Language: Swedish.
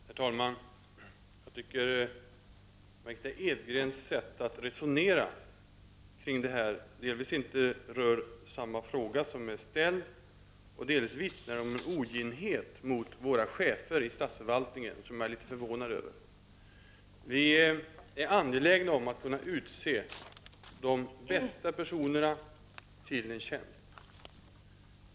Herr talman! Margitta Edgrens resonemang rör bara delvis den fråga som är ställd, och det hon säger vittnar om en oginhet mot våra chefer i statsförvaltningen, vilket jag är förvånad över. Vi är angelägna om att utse de bästa personerna till tjänster.